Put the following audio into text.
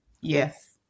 Yes